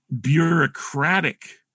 bureaucratic